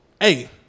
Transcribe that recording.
hey